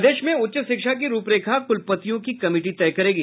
प्रदेश में उच्च शिक्षा की रूपरेखा क्लपतियों की कमिटी तय करेगी